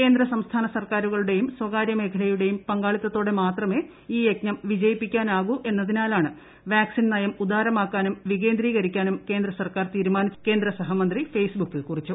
കേന്ദ്ര സംസ്ഥാന സർക്കാരുകളുടെയും സ്വകാര്യമേഖലയുടെയും പങ്കാളിത്തത്തോടെ മാത്രമേ ഇൌ യജ്ഞം വിജയിപ്പിക്കാനാകൂ എന്നതിനാലാണ് വാസ്കീൻ നയം ഉദാരമാക്കാനും വികേന്ദ്രീകരിക്കാനും കേന്ദ്രസർക്കാർ തീരുമാനിച്ചതെന്നും കേന്ദ്ര സഹമന്ത്രി ഫേസ്ബുക്കിൽ കുറിച്ചു